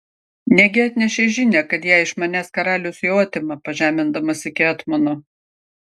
negi atnešei žinią kad ją iš manęs karalius jau atima pažemindamas iki etmono